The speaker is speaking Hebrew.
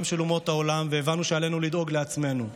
של אומות העולם והבנו שעלינו לדאוג לעצמנו.